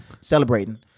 celebrating